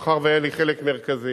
מאחר שהיה לי חלק מרכזי,